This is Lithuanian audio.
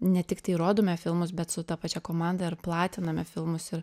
ne tiktai rodome filmus bet su ta pačia komanda ir platiname filmus ir